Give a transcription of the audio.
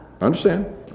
understand